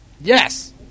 Yes